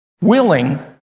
willing